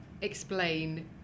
explain